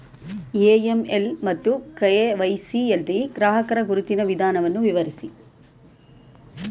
AML ಮತ್ತು KYC ಯಲ್ಲಿ ಗ್ರಾಹಕರ ಗುರುತಿನ ವಿಧಾನವನ್ನು ವಿವರಿಸಿ?